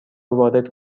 وارد